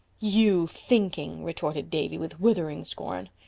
you thinking! retorted davy with withering scorn.